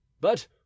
But